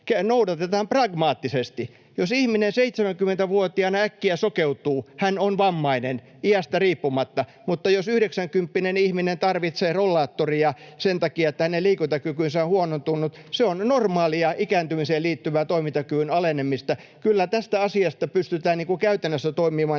noudatetaan pragmaattisesti. Jos ihminen 70-vuotiaana äkkiä sokeutuu, hän on vammainen, iästä riippumatta, mutta jos yhdeksänkymppinen ihminen tarvitsee rollaattoria sen takia, että hänen liikuntakykynsä on huonontunut, se on normaalia ikääntymiseen liittyvää toimintakyvyn alenemista. Kyllä tässä asiassa pystytään käytännössä toimimaan